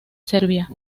serbia